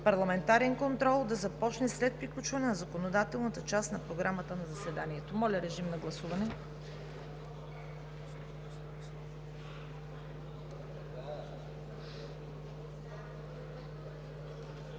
парламентарен контрол да започне след приключване на законодателната част на Програмата за заседанието. Моля, режим на гласуване.